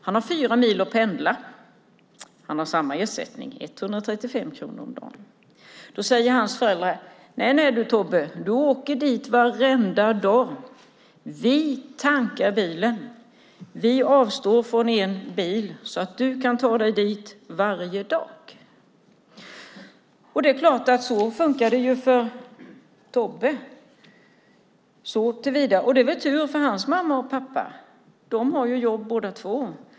Han har fyra mil att pendla. Han har samma ersättning som Anna, 135 kronor om dagen. Då säger hans föräldrar: Nejdu, Tobbe, du åker dit varenda dag. Vi tankar bilen, vi avstår från en bil så att du kan ta dig dit varje dag. Så fungerar det för Tobbe. Hans mamma och pappa har tur för de har jobb båda två.